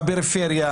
בפריפריה.